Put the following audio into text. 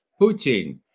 Putin